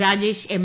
Rajesh M